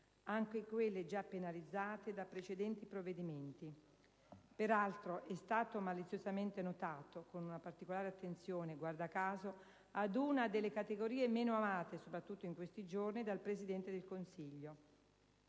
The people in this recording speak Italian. anche quelle già penalizzate da precedenti provvedimenti, peraltro - com'è stato maliziosamente notato - con una particolare attenzione, guarda caso, ad una delle categorie meno amate (soprattutto in questi giorni) dal Presidente del Consiglio.